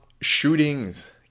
shootings